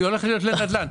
היא הולכת להיות לנדל"ן.